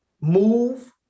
move